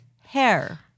Hair